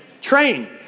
train